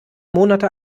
monate